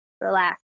relax